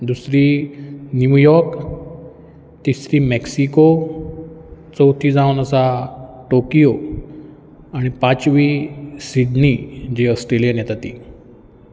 दुसरी New York तिसरी Mexico चवथी जावन आसा टोकयो आनी पांचवी सिडनी जी ऑस्ट्रेलियेन येता ती